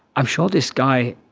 i'm sure this guy,